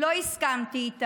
בעניינים האלה לא הסכמתי איתה.